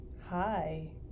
Hi